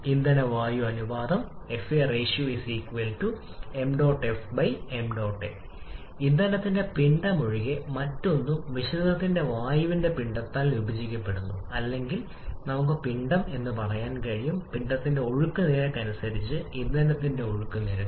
ഇന്ധന വായു അനുപാതം ഇന്ധനത്തിന്റെ പിണ്ഡം ഒഴികെ മറ്റൊന്നും മിശ്രിതത്തിൽ വായുവിന്റെ പിണ്ഡത്താൽ വിഭജിക്കപ്പെടുന്നു അല്ലെങ്കിൽ നമുക്ക് പിണ്ഡം പറയാൻ കഴിയും പിണ്ഡത്തിന്റെ ഒഴുക്ക് നിരക്ക് അനുസരിച്ച് ഇന്ധനത്തിന്റെ ഒഴുക്ക് നിരക്ക്